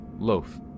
loaf